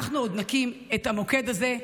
אנחנו עוד נקים את המוקד הזה,